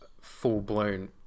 Full-blown